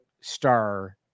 star